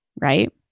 right